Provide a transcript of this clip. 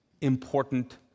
important